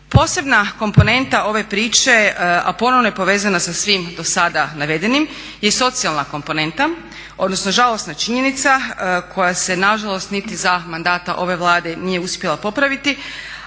Posebna komponenta ove priče a ponovno je povezana sa svim dosada navedenim je i socijalna komponenta, odnosno žalosna činjenica koja se nažalost niti za mandata ove Vlade nije uspjela popraviti,